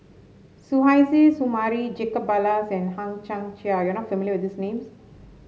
Suzairhe Sumari Jacob Ballas and Hang Chang Chieh you are not familiar with these names